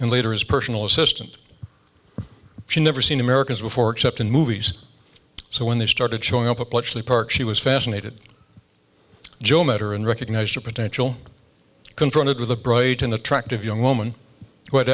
and later his personal assistant she never seen americans before except in movies so when they started showing up at bletchley park she was fascinated joe met her and recognized a potential confronted with a bright and attractive young woman who had